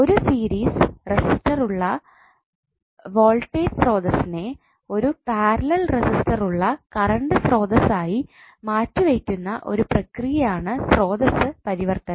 ഒരു series resistor ഉള്ള voltage സ്രോതസ്സ്നെ ഒരു പാരലൽ റെസിസ്റ്റർ ഉള്ള കറണ്ട് സ്രോതസ്സ് ആയി മാറ്റിവെയ്ക്കുന്ന ഒരു പ്രക്രിയ ആണ് സ്രോതസ്സ് പരിവർത്തനം